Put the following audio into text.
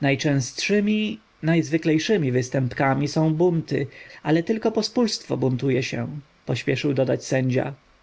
najczęstszemi najzwyklejszemi występkami są bunty ale tylko pospólstwo buntuje się pośpieszył dodać sędzia